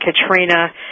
Katrina